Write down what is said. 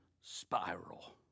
spiral